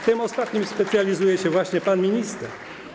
W tym ostatnim specjalizuje się właśnie pan minister